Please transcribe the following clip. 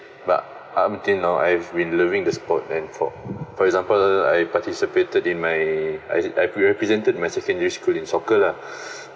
but up until now I've been loving the sport and for for example I participated in my I I repre~ represented my secondary school in soccer lah